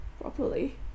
properly